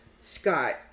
Scott